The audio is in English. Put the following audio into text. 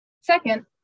Second